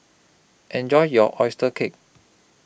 Enjoy your Oyster Cake